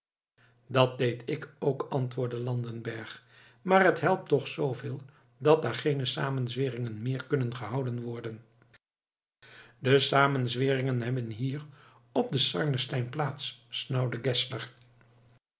dat deed ik ook antwoordde landenberg maar het helpt toch zooveel dat daar geene samenzweringen meer kunnen gehouden worden de samenzweringen hebben hier op den sarnenstein plaats snauwde